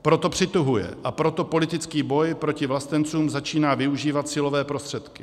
Proto přituhuje a proto politický boj proti vlastencům začíná využívat silové prostředky.